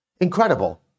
Incredible